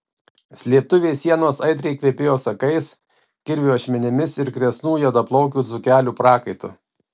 slėptuvės sienos aitriai kvepėjo sakais kirvio ašmenimis ir kresnų juodaplaukių dzūkelių prakaitu